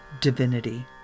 divinity